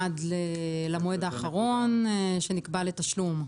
עד למועד האחרון שנקבע לתשלום?